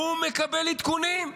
הוא מקבל עדכונים.